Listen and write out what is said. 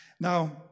Now